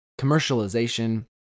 commercialization